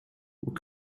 what